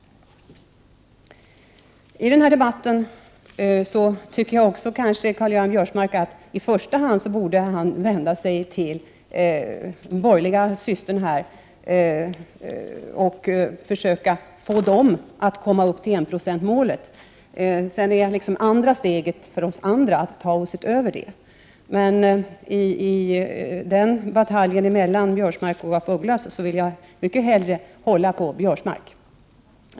I denna debatt tycker jag att Karl-Göran Biörsmark i första hand borde ha vänt sig till sin borgerliga medsyster och försökt få henne att komma upp till enprocentsmålet. Sedan är det liksom det andra steget för oss andra att ta oss utöver det. I bataljen mellan Biörsmark och af Ugglas håller jag mycket hellre på Biörsmark.